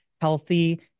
healthy